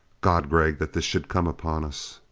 god, gregg, that this should come upon us!